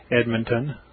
Edmonton